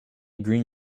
green